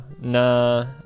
Nah